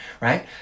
right